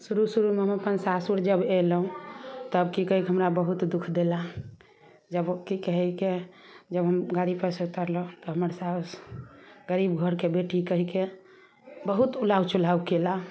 शुरू शुरूमे हम अपन सासुर जब अयलहुँ तब कि कहय कि हमरा बहुत दुख देला कि जब की कहिके जब हम गाड़ीपर सँ उतरलहुँ तऽ हमर साउस गरीब घरके बेटी कहिके बहुत उलाउ चुलाउ कयला